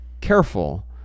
careful